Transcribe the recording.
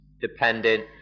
dependent